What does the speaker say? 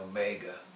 Omega